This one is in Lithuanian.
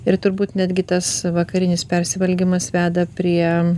ir turbūt netgi tas vakarinis persivalgymas veda prie